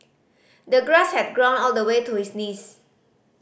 the grass had grown all the way to his knees